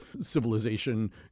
civilization